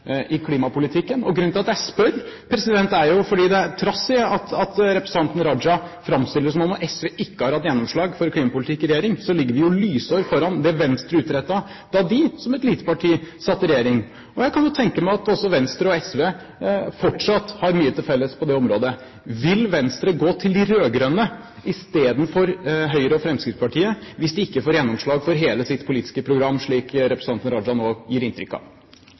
i klimapolitikken? Grunnen til at jeg spør, er at til tross for at representanten Raja framstiller det som at SV ikke har hatt gjennomslag for klimapolitikk i regjering, så ligger vi jo lysår foran det Venstre utrettet da de, som et lite parti, satt i regjering. Jeg kan jo tenke meg at Venstre og SV fortsatt har mye til felles på det området. Vil Venstre gå til de rød-grønne istedenfor Høyre og Fremskrittspartiet hvis de ikke får gjennomslag for hele sitt politiske program, slik representanten Raja nå gir inntrykk av?